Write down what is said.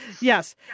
Yes